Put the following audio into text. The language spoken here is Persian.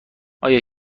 آیا